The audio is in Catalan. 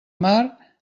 mar